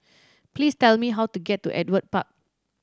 please tell me how to get to Ewart Park